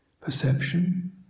perception